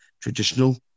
traditional